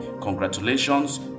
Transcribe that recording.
Congratulations